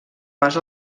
pas